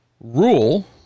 rule